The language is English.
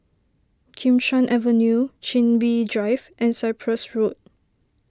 Kim Chuan Avenue Chin Bee Drive and Cyprus Road